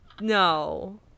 No